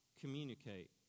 communicate